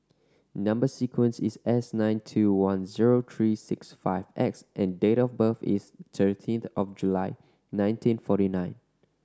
number sequence is S nine two one zero three six five X and date of birth is thirteen of July nineteen forty nine